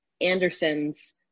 Andersons